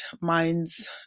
Minds